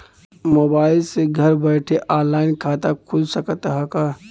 Mobile से घर बैठे ऑनलाइन खाता खुल सकत हव का?